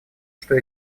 что